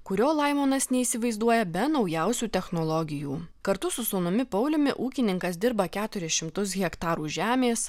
kurio laimonas neįsivaizduoja be naujausių technologijų kartu su sūnumi pauliumi ūkininkas dirba keturis šimtus hektarų žemės